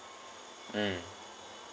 mm